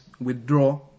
withdraw